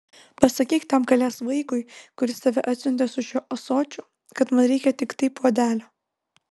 pasakyk tam kalės vaikui kuris tave atsiuntė su šiuo ąsočiu kad man reikia tiktai puodelio